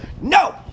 No